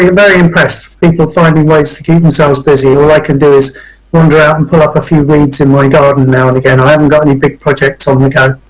ah very impressed, people finding ways to keep themselves busy. all i can do is wander out and pull up a few weeds in my garden now and again. i haven't got any big projects on the go.